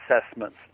assessments